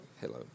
Hello